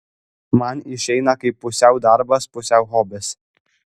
man išeina kaip pusiau darbas pusiau hobis